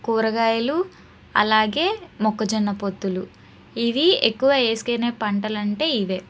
కూరగాయలు అలాగే మొక్కజొన్న పొత్తులు ఇవి ఎక్కువ వేసుకొనే పంటలు అంటే ఇవే